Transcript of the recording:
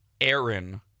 Aaron-